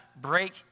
break